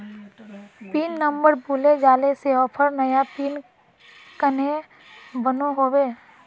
Pin number भूले जाले से ऑफर नया पिन कन्हे बनो होबे?